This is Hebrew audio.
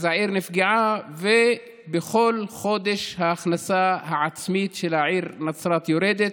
אז העיר נפגעה ובכל חודש ההכנסה העצמית של העיר נצרת יורדת,